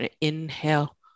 Inhale